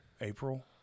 April